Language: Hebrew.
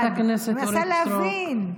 מנסה להבין.